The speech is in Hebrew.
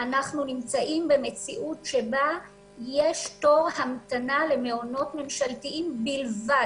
אנחנו נמצאים במציאות שבה יש תור המתנה למעונות ממשלתיים בלבד.